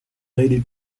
ready